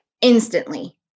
instantly